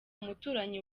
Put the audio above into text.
umuturanyi